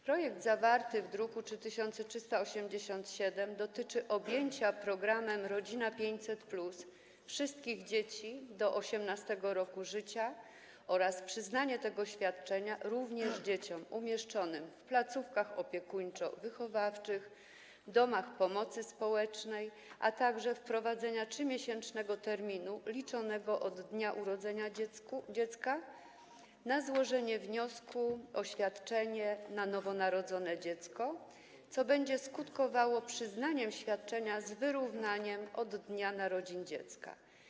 Projekt zawarty w druku nr 3387 dotyczy objęcia programem „Rodzina 500+” wszystkich dzieci do 18. roku życia oraz przyznania tego świadczenia również dzieciom umieszczonym w placówkach opiekuńczo-wychowawczych, domach pomocy społecznej, a także wprowadzenia trzymiesięcznego terminu liczonego od dnia urodzenia dziecka na złożenie wniosku o świadczenie na nowo narodzone dziecko, co będzie skutkowało przyznaniem świadczenia z wyrównaniem od dnia narodzin dziecka.